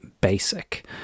basic